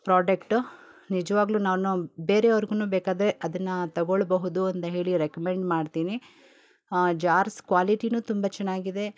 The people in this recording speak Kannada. ಪ್ರೋಡಕ್ಟ್ ನಿಜ್ವಾಗಲು ನಾನು ಬೇರೆಯವ್ರಿಗು ಬೇಕಾದರೆ ಅದನ್ನು ತಗೊಳ್ಬಹುದು ಅಂದ ಹೇಳಿ ರೆಕ್ಮೆಂಡ್ ಮಾಡ್ತಿನಿ ಜಾರ್ಸ್ ಕ್ವಾಲಿಟ್ಟಿನು ತುಂಬ ಚೆನ್ನಾಗಿದೆ